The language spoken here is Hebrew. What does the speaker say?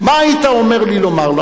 מה היית אומר לי לומר לו?